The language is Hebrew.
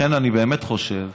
אני באמת חושב